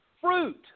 Fruit